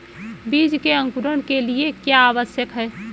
बीज के अंकुरण के लिए क्या आवश्यक है?